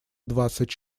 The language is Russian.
двадцать